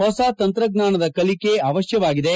ಹೊಸ ತಂತ್ರಜ್ಞಾನದ ಕಲಿಕೆ ಅವಶ್ಯವಾಗಿದೆ